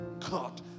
cut